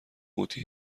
قوطی